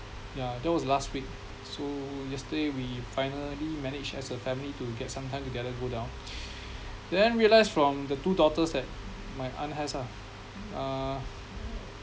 yeah that was last week so yesterday we finally managed as a family to get some time together go down then realised from the two daughters that my aunt has ah uh